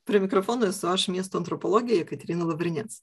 prie mikrofono esu aš miesto antropologė jekaterina lavrinec